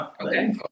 Okay